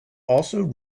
also